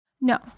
No